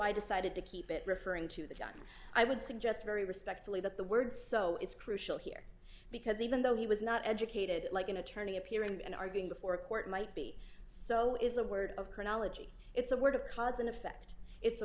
i decided to keep it referring to the time i would suggest very respectfully that the word so is crucial here because even though he was not educated like an attorney appearing and arguing before a court might be so is a word of chronology it's a word of cause and effect it's a